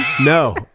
No